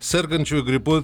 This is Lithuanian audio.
sergančiųjų gripu